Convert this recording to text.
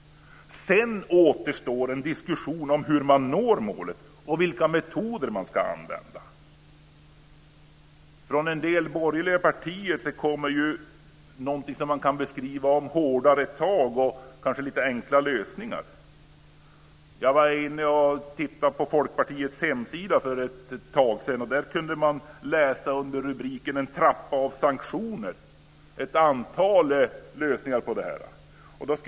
Sedan återstår en diskussion om hur man når målet och vilka metoder man ska använda. Från en del borgerliga partier kommer förslag som kan beskrivas som hårdare tag och enklare lösningar. Jag tittade på Folkpartiets hemsida för ett tag sedan. Där kunde man läsa under rubriken "En trappa av sanktioner" om ett antal lösningar.